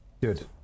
Good